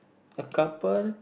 a couple